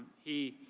he,